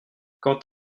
quand